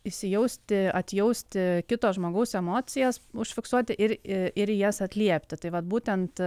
įsijausti atjausti kito žmogaus emocijas užfiksuoti ir į ir į jas atliepti tai vat būtent